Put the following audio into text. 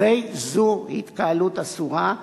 הרי זו התקהלות אסורה,